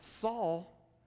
Saul